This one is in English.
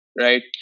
right